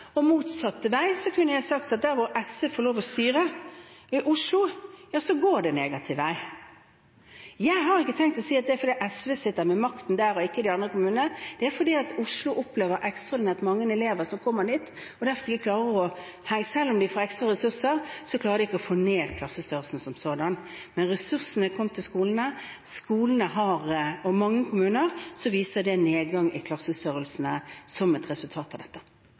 kunne jeg sagt til representanten at der hvor SV får lov til å styre, i Oslo, går det negativ vei. Jeg har ikke tenkt å si at det er fordi SV sitter med makten der og ikke i de andre kommunene. Det er fordi Oslo opplever at ekstraordinært mange elever kommer dit, og derfor klarer de ikke, selv om de får ekstra ressurser, å få ned klassestørrelsen som sådan. Men ressursene er kommet til skolene, og mange kommuner viser en nedgang i klassestørrelsene som et resultat av dette.